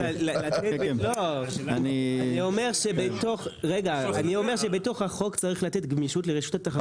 עדיין, שבתוך החוק צריך לתת גמישות לרשות התחרות.